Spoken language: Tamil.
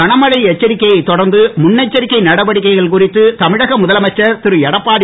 கனமழை எச்சரிக்கையை தொடர்ந்து முன்னெச்சரிக்கை நடவடிக்கைகள் குறித்து தமிழக முதலமைச்சர் எடப்பாடி இரு